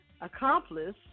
accomplice